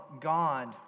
God